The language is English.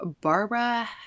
Barbara